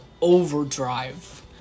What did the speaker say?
overdrive